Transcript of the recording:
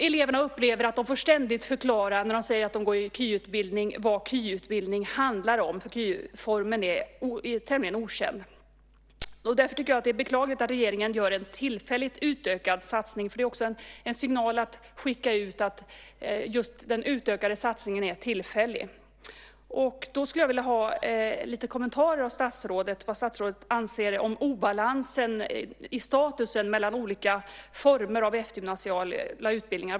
Eleverna upplever att när de säger att de går i KY får de ständigt förklara vad KY handlar om, för KY-formen är tämligen okänd. Därför tycker jag att det är beklagligt att regeringen gör en tillfällig utökad satsning. Det skickar nämligen ut en signal när man säger att den utökade satsningen är tillfällig. Jag skulle vilja ha lite kommentarer kring vad statsrådet anser om obalansen i statusen mellan olika former av eftergymnasiala utbildningar.